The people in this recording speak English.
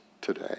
today